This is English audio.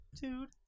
dude